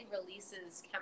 releases